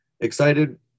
Excited